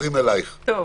אעבור